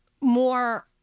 more